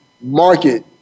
market